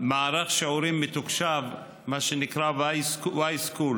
מערך שיעורים מתוקשב, שנקרא Yschool,